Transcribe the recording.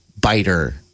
biter